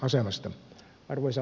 arvoisa puhemies